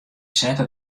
sette